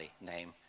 name